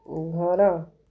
ଘର